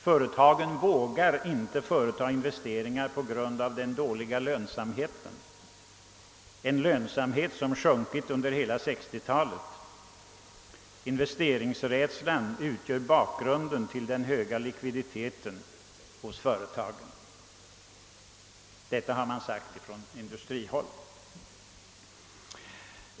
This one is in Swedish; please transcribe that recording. Företagen vågar inte göra investeringar på grund av den dåliga lönsamheten, en lönsamhet som sjunkit under hela 1960-talet. Investeringsrädslan utgör bakgrunden till den höga likviditeten hos företagen — detta har sagts från industrihåll.